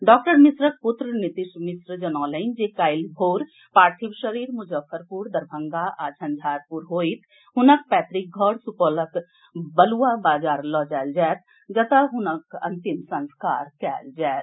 doctor मिश्रक पुत्र नीतीश मिश्र जनौलनि जे काल्हि भोर पार्थिव शरीर मुजफ्फरपुर दरभंगा आ झंझारपुर होइत हुनक पैतृक घर सुपौलक बलुआ बाजार लऽ जाएल जाएत जतए हुनक अंतिम संस्कार कएल जायत